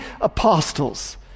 apostles